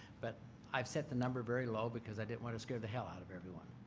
but i've set the number very low because i didn't want to scare the hell out of everyone.